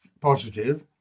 positive